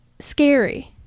scary